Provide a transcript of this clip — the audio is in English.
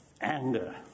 anger